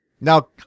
Now